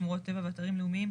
שמורות טבע ואתרים לאומיים,